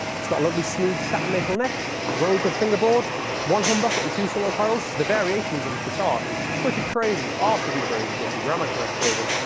it's got a lovely smooth satin maple neck rosewood fingerboard one humbucker and two single coils. the variations in this guitar is pretty crazy, are pretty crazy to get your grammar correct dagan!